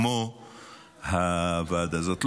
כמו ההצעה הזאת.